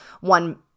one